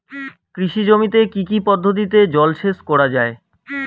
কৃষি জমিতে কি কি পদ্ধতিতে জলসেচ করা য়ায়?